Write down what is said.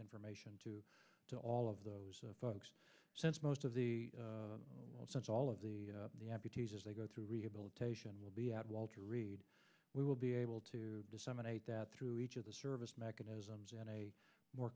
information to to all of those folks since most of the since all of the the amputees as they go through rehabilitation will be at walter reed we will be able to disseminate that through each of the service mechanisms in a more